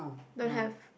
don't have